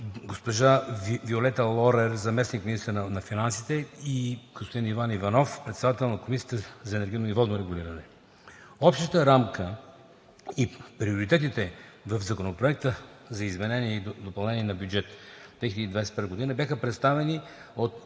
госпожа Виолета Лорер – заместник-министър на финансите, и господин Иван Иванов – Председател на Комисия за енергийно и водно регулиране. Общата рамка и приоритетите в Законопроекта за изменение и допълнение на бюджет 2021 бяха представени от